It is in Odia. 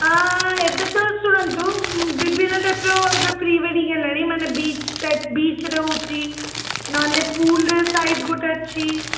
ହଁ ଏବେ ତ ଶୁଣନ୍ତୁ ବିଭିନ୍ନ ଟାଇପ୍ର ଏବେ ପ୍ରି ୱେଡ଼ିଙ୍ଗ ହେଲାଣି ମାନେ ବିଚ୍ ଟାଇପ୍ ବିଚ୍ ରହୁଛି ନହେଲେ ପୁଲ୍ରେ ସାଇଟ୍ ଗୋଟେ ଅଛି